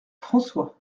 françois